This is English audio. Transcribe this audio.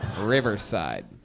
Riverside